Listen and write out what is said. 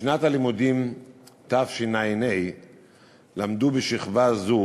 בשנת הלימודים תשע"ה למדו בשכבה זו